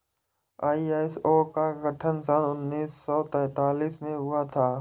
ISO का गठन सन उन्नीस सौ सैंतालीस में हुआ था